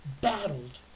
battled